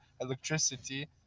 electricity